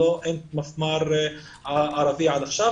אין מפמ"ר ערבי עד עכשיו,